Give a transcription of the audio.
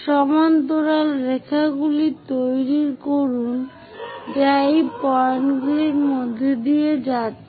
সমান্তরাল রেখাগুলি তৈরি করুন যা এই পয়েন্টগুলির মধ্য দিয়ে যাচ্ছে